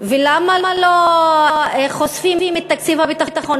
ולמה לא חושפים את תקציב הביטחון,